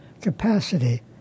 capacity